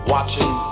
Watching